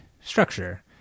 structure